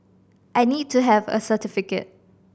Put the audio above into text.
I need to have a certificate